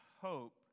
hope